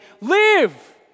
live